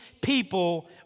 people